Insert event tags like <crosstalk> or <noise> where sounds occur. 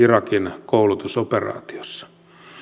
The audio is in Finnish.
<unintelligible> irakin koulutusoperaatiossa